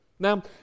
Now